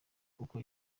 kuko